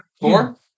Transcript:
Four